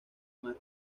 mar